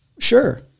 Sure